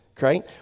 right